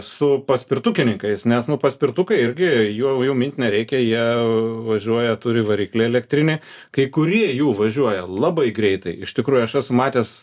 su paspirtukininkais nes nu paspirtukai irgi jų jų mint nereikia jie važiuoja turi variklį elektrinį kai kurie jų važiuoja labai greitai iš tikrųjų aš esu matęs